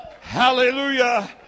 Hallelujah